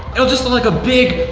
i'll just look like a big,